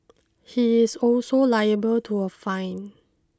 he is also liable to a fine